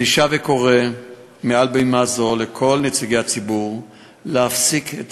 אני שב וקורא מעל בימה זו לכל נציגי הציבור להפסיק את